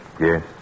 yes